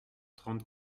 trente